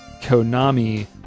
Konami